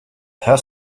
huis